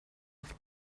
auf